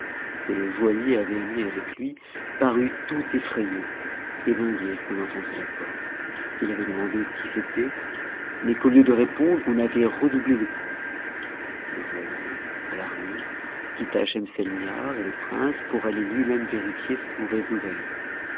que le joaillier avait amené avec lui parut touteffrayé et vint dire qu'on enfonçait la porte qu'il avait demande qui c'était mais qu'au lieu de répondre on avait redoublé les coups le joaillier alarmé quitta schemselnihar et le prince pouraller luimême vérifier cette mauvaise nouvelle